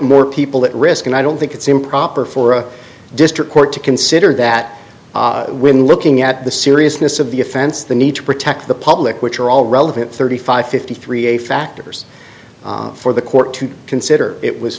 more people at risk and i don't think it's improper for a district court to consider that when looking at the seriousness of the offense the need to protect the public which are all relevant thirty five fifty three a factors for the court to consider it was